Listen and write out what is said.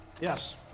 yes